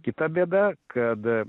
kita bėda kad